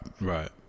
Right